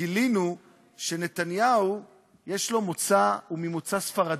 גילינו שנתניהו הוא ממוצא ספרדי.